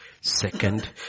Second